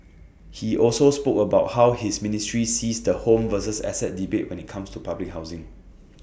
he also spoke about how his ministry sees the home versus asset debate when IT comes to public housing